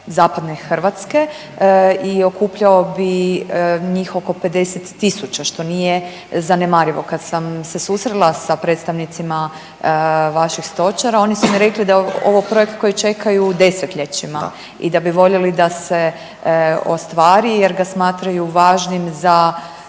zapadne Hrvatske i okupljao bi njih oko 50 tisuća, što nije zanemarivo. Kad sam se susrela sa predstavnicima vaših stočara oni su mi rekli da je ovo projekt koji čekaju 10-ljećima…/Upadica Okroša: Da/… i da bi voljeli da se ostvari jer ga smatraju važnim za